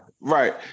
Right